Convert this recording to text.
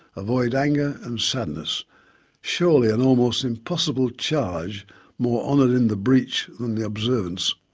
avoid anger and sadness' surely an almost impossible charge more honoured in the breech than the observance.